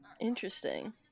interesting